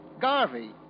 Garvey